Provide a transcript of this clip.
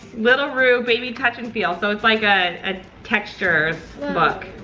little roo baby touch and feel. so it's like a ah textures book.